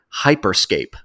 Hyperscape